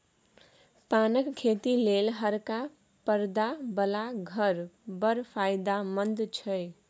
पानक खेती लेल हरका परदा बला घर बड़ फायदामंद छै